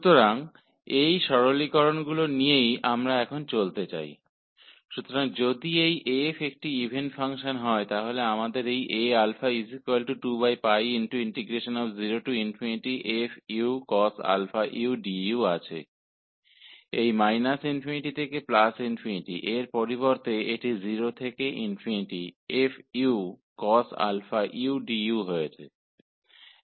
तो इन सरलीकरणों के साथ हम आगे बढ़ते हैं तो यदि यह f एक इवन फ़ंक्शन है तो हमारे पास यह A 2 0 f cos u du −∞ से ∞ के बजाय यह 0 से ∞ f cos αudu हो जायेगा